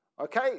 Okay